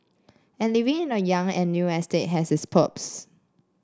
and living in a young and new estate has its perks